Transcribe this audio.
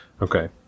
Okay